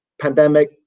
pandemic